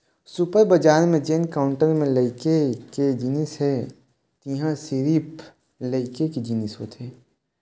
super बजार म जेन काउंटर म लइका के जिनिस हे तिंहा सिरिफ लइका के जिनिस होथे